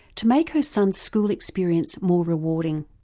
to make her son's school experience more rewarding.